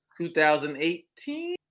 2018